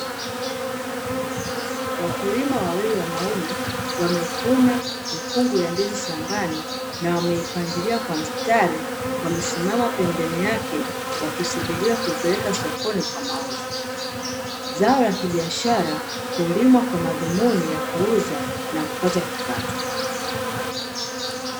Wakulima wawili wanaume wamevuna mikungu ya ndizi shambani na wameipangilia kwa mstari, na wamesimama pembeni yake wakisubiria kuipeleka sokoni kwa mauzo, zao la kibiashara hulimwa kwa madhumuni ya kuuza na kupata kipato.